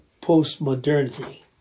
post-modernity